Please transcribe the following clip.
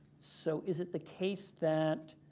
so is it the case that